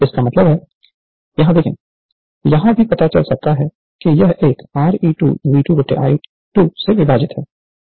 इसका मतलब है यहाँ देखो यहाँ भी पता चल सकता है कि यह एक Re2 V2 I2 से विभाजित है